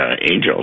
Angels